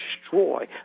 destroy